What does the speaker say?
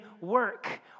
work